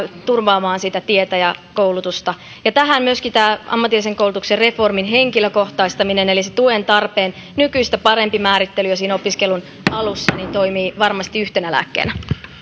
turvaamaan sitä tietä ja koulutusta tähän myöskin tämä ammatillisen koulutuksen reformin henkilökohtaistaminen eli se tuen tarpeen nykyistä parempi määrittely jo siinä opiskelun alussa toimii varmasti yhtenä lääkkeenä